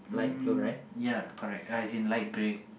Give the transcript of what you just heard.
um ya correct as in light grey